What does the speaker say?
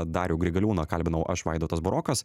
darių grigaliūną kalbinau aš vaidotas burokas